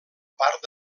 part